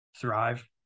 thrive